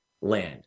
land